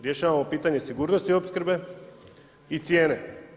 Rješavamo pitanje sigurnosti opskrbe i cijene.